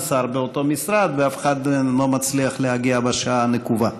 שר באותו משרד ואף אחד מהם לא מצליח להגיע בשעה הנקובה.